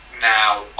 Now